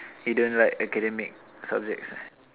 he don't like academic subjects